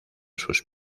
sus